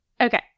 Okay